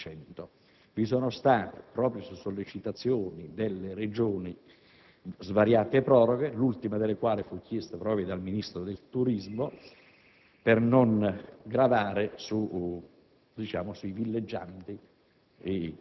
delle concessioni marittime di ben il 300 per cento. Vi sono state, proprio su sollecitazioni delle Regioni, svariate proroghe, l'ultima delle quali fu chiesta proprio dal Ministro del turismo,